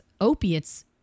opiates